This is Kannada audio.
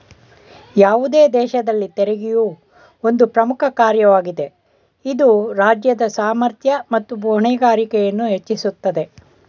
ಯಾವುದೇ ದೇಶದಲ್ಲಿ ತೆರಿಗೆಯು ಒಂದು ಪ್ರಮುಖ ಕಾರ್ಯವಾಗಿದೆ ಇದು ರಾಜ್ಯದ ಸಾಮರ್ಥ್ಯ ಮತ್ತು ಹೊಣೆಗಾರಿಕೆಯನ್ನು ಹೆಚ್ಚಿಸುತ್ತದೆ